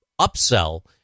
upsell